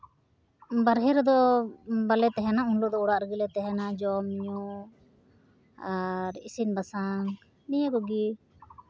ᱵᱟᱦᱨᱮ ᱨᱮᱫᱚ ᱵᱟᱞᱮ ᱛᱟᱦᱮᱱᱟ ᱩᱱ ᱦᱤᱞᱳᱜ ᱫᱚ ᱚᱲᱟᱜ ᱨᱮᱜᱮᱞᱮ ᱛᱟᱦᱮᱱᱟ ᱡᱚᱢ ᱧᱩ ᱟᱨ ᱤᱥᱤᱱ ᱵᱟᱥᱟᱝ ᱱᱤᱭᱟᱹ ᱠᱚᱜᱮ